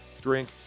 drink